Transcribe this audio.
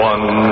One